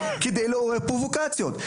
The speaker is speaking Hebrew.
כדי לעורר פרובוקציות,